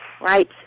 right